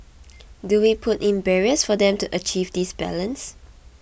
do we put in barriers for them to achieve this balance